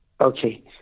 Okay